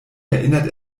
erinnert